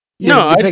No